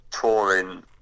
touring